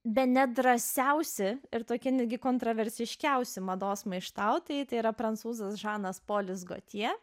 bene drąsiausi ir tokie netgi kontroversiškiausi mados maištautojai tai yra prancūzas žanas polis gotje